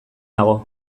nago